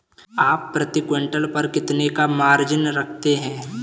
आप प्रति क्विंटल पर कितने का मार्जिन रखते हैं?